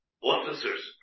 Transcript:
officers